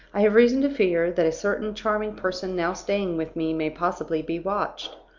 i have reason to fear that a certain charming person now staying with me may possibly be watched.